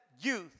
youth